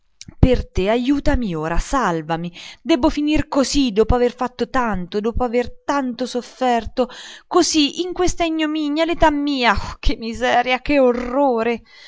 per te ajutami ora salvami debbo finir così dopo aver fatto tanto dopo aver tanto sofferto così in questa ignominia all'età mia ah che miseria che orrore